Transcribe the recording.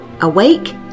awake